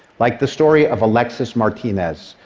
like the story of alexis martinez,